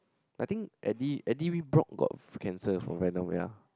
I think Eddie Eddie-Rebrock got cancer from Venom yeah